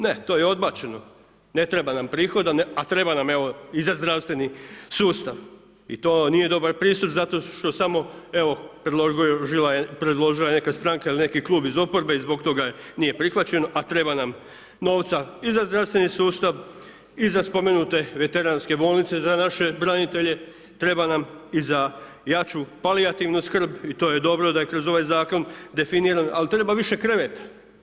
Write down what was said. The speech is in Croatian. Ne, to je odbačeno, ne treba nam prihod, a treba nam evo i za zdravstveni sustav i to nije dobar pristup, zato što samo evo, predložila je neka stranka ili neki klub iz oporbe i zbog toga nije prihvaćen, a treba nam novca i za zdravstveni sustav i za spomenute veteranske bolnice za naše branitelje, treba nam za jaču palijativnu skrb i to je dobro da je kroz ovaj zakon definiran, ali treba više kreveta.